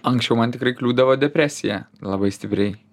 anksčiau man tikrai kliūdavo depresija labai stipriai